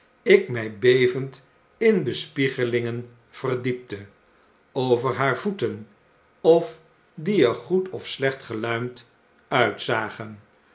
ik my bevend in bespiegelingen verdiepte over haar voeten of die er goed of slecht geluimd uitzagen